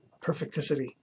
perfecticity